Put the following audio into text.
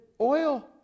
oil